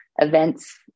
events